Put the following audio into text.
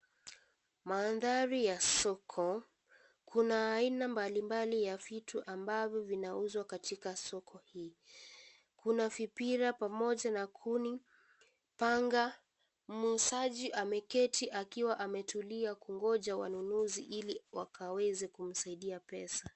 Mandhari ya soko. Kuna aina mbalimbali ya vitu ambavyo vinauzwa katika soko hii. Kuna vipira pamoja na kuni, panga. Muuzaji ameketi akiwa ametulia, kungoja wanunuzi ili wakaweze kumsaidia pesa.